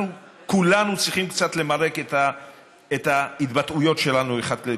אנחנו כולם צריכים קצת למרק את ההתבטאויות שלנו אחד כלפי השני.